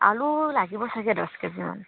আলু লাগিব চাগে দহ কেজিমান